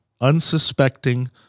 unsuspecting